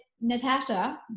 Natasha